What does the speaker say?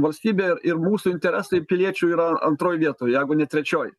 valstybė ir mūsų interesai piliečių yra antroj vietoj jeigu ne trečioj